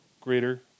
greater